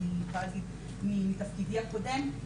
אני יכולה אגיד מתפקידי הקודם,